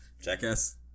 Jackass